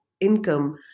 income